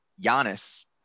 Giannis